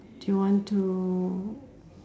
do you want to